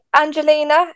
Angelina